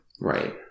Right